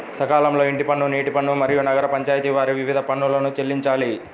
సకాలంలో ఇంటి పన్ను, నీటి పన్ను, మరియు నగర పంచాయితి వారి వివిధ పన్నులను చెల్లించాలి